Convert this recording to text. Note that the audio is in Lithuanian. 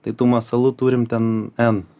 tai tų masalų turim ten en